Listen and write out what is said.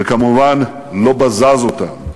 וכמובן לא בזז אותם.